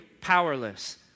powerless